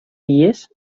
vies